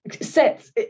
sets